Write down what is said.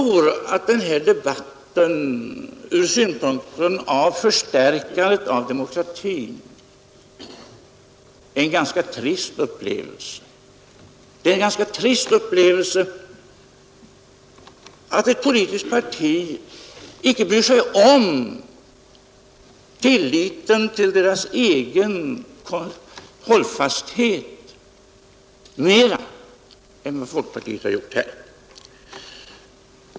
Denna debatt är ur synpunkten av förstärkandet av demokratin en ganska trist upplevelse. Det är en ganska trist upplevelse att ett politiskt parti icke bryr sig om tilliten till sin egen hållfasthet mera än vad folkpartiet gjort här.